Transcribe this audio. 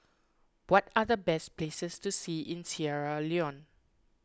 what are the best places to see in Sierra Leone